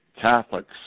Catholics